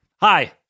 Hi